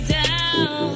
down